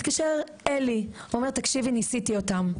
מתקשר אלי, אומר 'תקשיבי, ניסיתי אותם.